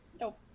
Nope